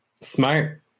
Smart